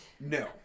No